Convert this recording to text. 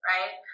Right